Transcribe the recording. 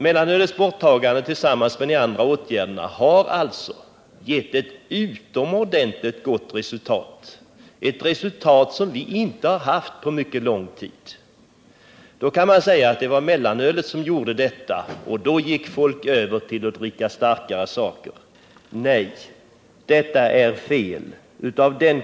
Mellanölets borttagande tillsammans med de andra åtgärderna har alltså givit ett utomordentligt gott resultat, ett resultat som vi inte har haft på mycket lång tid. Det har sagts att när mellanölet försvann gick folk över till att dricka starkare saker. Nej, detta är fel.